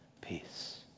peace